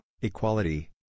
equality